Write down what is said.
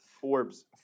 Forbes